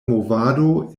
movado